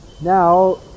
Now